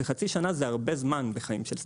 שחצי שנה זה הרבה זמן בחיים של סטארט-אפ.